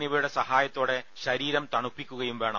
എന്നിവയുടെ സഹായത്തോടെ ശരീരം തണുപ്പിക്കുകയും വേണം